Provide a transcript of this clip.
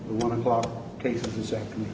one o'clock exactly